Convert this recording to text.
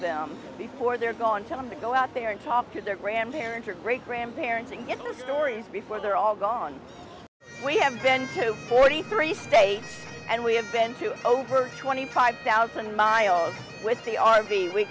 them before they're gone tell them to go out there and talk to their grandparents or great grandparents and get the stories before they're all gone we have been to forty three states and we have been to over twenty five thousand miles with the r v we